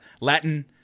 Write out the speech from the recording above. Latin